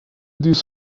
this